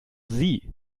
sie